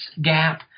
gap